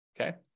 okay